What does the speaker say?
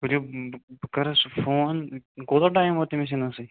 ؤلِو بہٕ کرَس فون کوٗتاہ ٹایم ووت تٔمِس یہِ نَسٕے